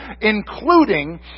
including